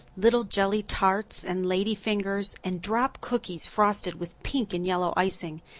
little jelly tarts and lady fingers, and drop cookies frosted with pink and yellow icing,